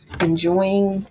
enjoying